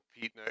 Pete